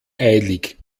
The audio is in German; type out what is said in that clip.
eilig